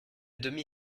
demi